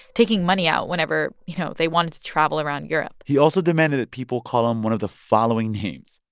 taking money out whenever, you know, they wanted to travel around europe he also demanded that people call him one of the following names.